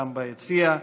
בנוכחותם ביציע,